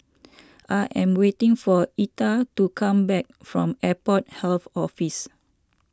I am waiting for Etta to come back from Airport Health Office